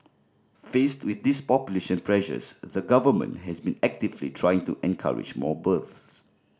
faced with these population pressures the Government has been actively trying to encourage more births